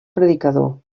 predicador